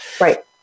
Right